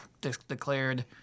declared